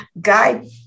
guide